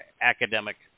academic